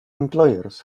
employees